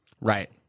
Right